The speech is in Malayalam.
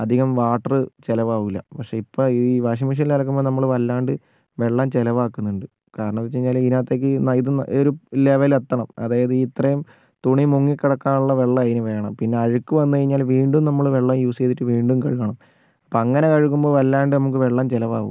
അധികം വാട്ടർ ചിലവാകൂല്ല പക്ഷെ ഇപ്പം ഈ വാഷിംഗ് മെഷീനിൽ അലക്കുമ്പോൾ നമ്മൾ വല്ലാണ്ട് വെള്ളം ചിലവാക്കുന്നുണ്ട് കാരണം എന്താ വെച്ചുകഴിഞ്ഞാൽ ഇതിനകത്തേക്ക് ഇത് ഈ ഒരു ലെവൽ എത്തണം അതായത് ഇത്രയും തുണി മുങ്ങി കിടക്കാൻ ഉള്ള വെള്ളം അതിനുവേണം പിന്നെ അഴുക്ക് വന്നു കഴിഞ്ഞാൽ വീണ്ടും നമ്മൾ വെള്ളം യൂസ് ചെയ്തിട്ട് വീണ്ടും കഴുകണം അപ്പം അങ്ങനെ കഴുകുമ്പോൾ വല്ലാണ്ട് നമുക്ക് വെള്ളം ചിലവാകും